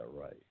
right